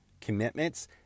commitments